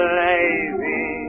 lazy